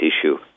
issue